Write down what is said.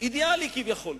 אידיאלי כביכול: